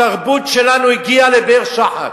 התרבות שלנו הגיעה לבאר שחת.